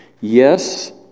Yes